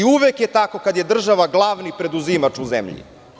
Uvek je tako kad je država glavni preduzimač u zemlji.